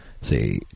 say